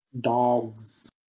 dogs